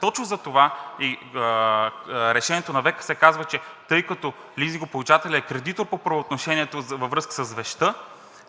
Точно затова и решението на ВКС казва, че тъй като лизингополучателят е кредитор по правоотношението във връзка с вещта,